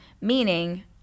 Meaning